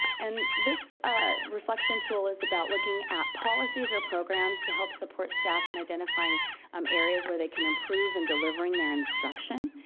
and this reflection tool is about looking at policies or programs to help support staff in identifying um areas where they can improve in delivering their instruction.